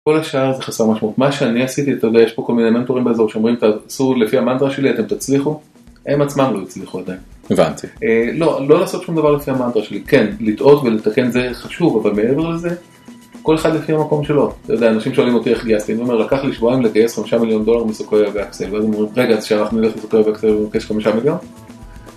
כל השאר זה חסר משמעות. מה שאני עשיתי, אתה יודע, יש פה כל מיני מנטורים באזור שאומרים תעשו לפי המאנטרה שלי, אתם תצליחו? הם עצמם לא הצליחו עדיין. הבנתי. לא, לא לעשות שום דבר לפי המאנטרה שלי, כן, לטעות ולתקן זה חשוב, אבל מעבר לזה, כל אחד לפי המקום שלו. אנשים שואלים אותי איך גייסתי, אני אומר, לקח לי שבועיים לגייס 5 מיליון דולר מסקויה ו־??, ואז הם אומרים, רגע, אז שאנחנו נלך לסקויה ו־?? ונבקש 5 מיליון?